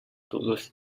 tulus